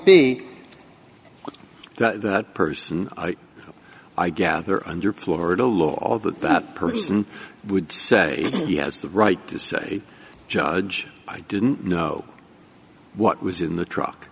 with that person i gather under florida law all of that that person would say he has the right to say judge i didn't know what was in the truck